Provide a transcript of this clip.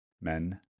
men